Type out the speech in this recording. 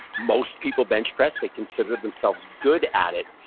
most people bench press. they consider themselves good at it.